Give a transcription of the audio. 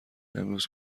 امروز